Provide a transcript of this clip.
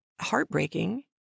heartbreaking